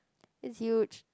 it's huge